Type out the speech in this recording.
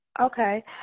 Okay